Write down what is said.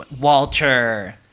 walter